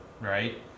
right